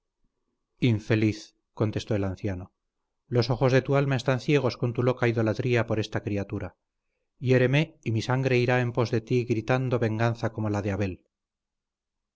infeliz contestó el anciano los ojos de tu alma están ciegos con tu loca idolatría por esta criatura hiéreme y mi sangre irá en pos de ti gritando venganza como la de abel